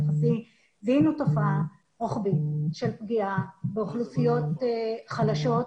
זיהינו תופעה רוחבית של פגיעה באוכלוסיות חלשות,